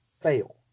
fail